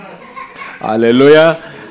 Hallelujah